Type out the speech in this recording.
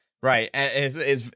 right